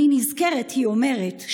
אני נזכרת" היא אומרת,